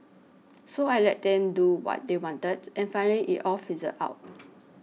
so I let them do what they wanted and finally it all fizzled out